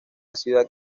ciudad